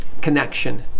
connection